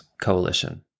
Coalition